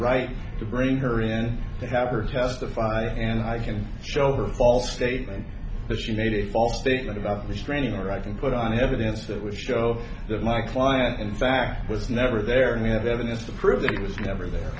right to bring her in to have her testify and i can show her false statement that she made a false statement about restraining or i can put on evidence that would show that my client in fact was never there and we have evidence to prove that it was never there